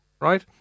right